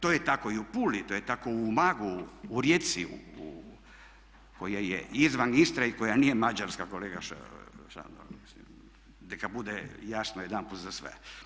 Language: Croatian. To je tako i u Puli, to je tako u Umagu, u Rijeci, koja je izvan Istre i koja nije Mađarska kolega Šandor, neka bude jasno jedanput za sve.